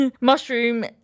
mushroom